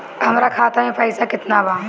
हमरा खाता में पइसा केतना बा?